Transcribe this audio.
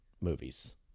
movies